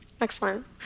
Excellent